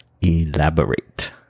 Elaborate